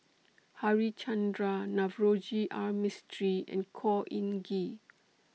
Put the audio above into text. Harichandra Navroji R Mistri and Khor Ean Ghee